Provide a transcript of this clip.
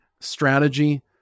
strategy